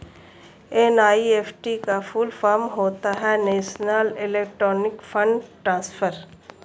NEFT का full form होता है नेशनल इलेक्ट्रॉनिक्स फण्ड ट्रांसफर